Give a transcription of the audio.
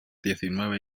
diecinueve